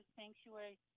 sanctuary